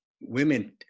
Women